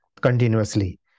continuously